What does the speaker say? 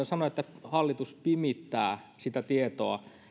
sanoa että suomen kansalta hallitus pimittää sitä tietoa